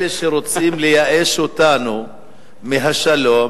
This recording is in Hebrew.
אלה שרוצים לייאש אותנו מהשלום,